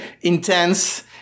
intense